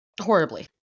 horribly